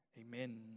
Amen